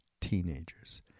teenagers